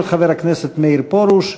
של חבר הכנסת מאיר פרוש.